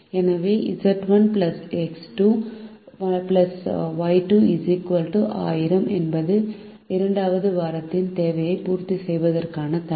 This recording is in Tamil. எனவே Z1 X2 Y2 1000 என்பது இரண்டாவது வாரத்தின் தேவையை பூர்த்தி செய்வதற்கான தடை